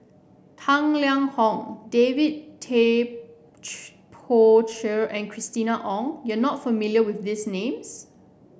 Tang Liang Hong David Tay Poey Cher and Christina Ong you are not familiar with these names